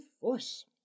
force